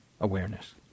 awareness